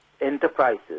enterprises